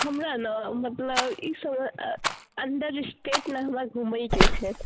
हमरा ने मतलब ई सब अन्डर स्टेट नम्बर घुमयके छै